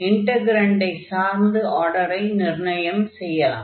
இன்டக்ரன்டை சார்ந்து ஆர்டரை நிர்ணயம் செய்யலாம்